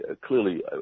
clearly